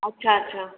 अच्छा अच्छा